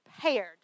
prepared